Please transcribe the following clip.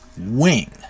Wing